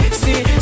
see